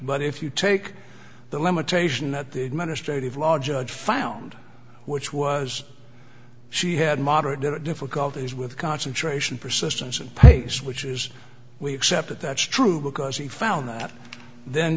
but if you take the limitation that the administrative law judge found which was she had moderate difficulties with concentration persistence and pace which is we accept that that's true because he found that then